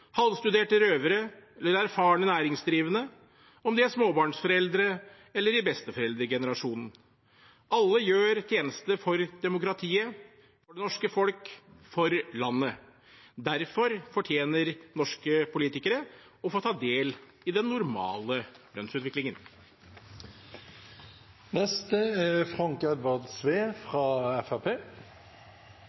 røvere eller erfarne næringsdrivende, om de er småbarnsforeldre eller i besteforeldregenerasjonen. Alle gjør tjeneste for demokratiet, for det norske folk og for landet. Derfor fortjener norske politikere å få ta del i den normale lønnsutviklingen.